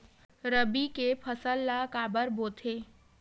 रबी के फसल ला काबर बोथे?